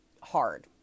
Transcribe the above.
hard